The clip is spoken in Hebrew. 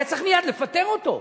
היה צריך מייד לפטר אותו.